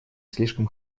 слишком